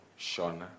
Shauna